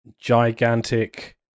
gigantic